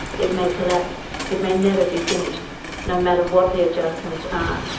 it may collapse, it may never be finished no matter what the adjustments are.